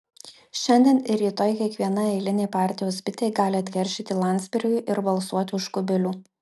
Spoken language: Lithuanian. šiandien ir rytoj kiekviena eilinė partijos bitė gali atkeršyti landsbergiui ir balsuoti už kubilių